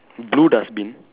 blue dustbin